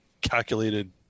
calculated